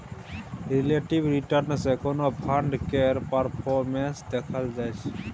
relative return सँ कोनो fund केर परफॉर्मेस देखल जाइ छै